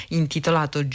intitolato